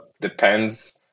depends